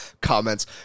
comments